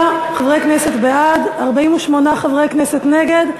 33 חברי כנסת בעד, 48 חברי כנסת נגד.